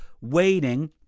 waiting